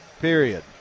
period